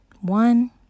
one